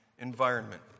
environment